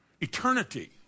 Eternity